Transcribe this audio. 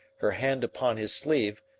her hand upon his sleeve,